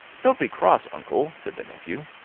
don't be cross, uncle! said the nephew.